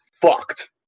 fucked